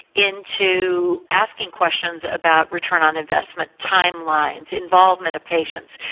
into asking questions about return on investment timelines, involvement of patients.